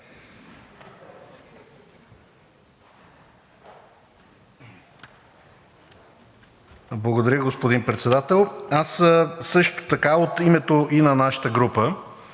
Благодаря, господин Председател. Аз също така от името и на нашата група